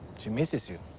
she misses you.